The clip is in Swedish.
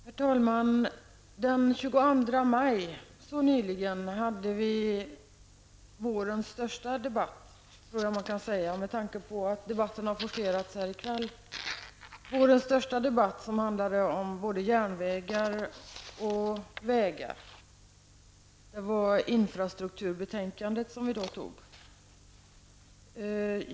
Herr talman! Den 22 maj, så nyligen, hade vi vårens största debatt om järnvägar och vägar -- det tror jag att man kan säga, med tanke på att debatten har forcerats här i kväll. Det var infrastrukturbetänkandet som kammaren då behandlade.